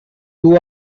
two